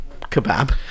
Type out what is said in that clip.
kebab